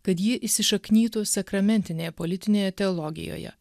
kad ji įsišaknytų sakramentinėje politinėje teologijoje